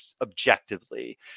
objectively